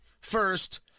first